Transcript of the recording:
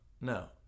No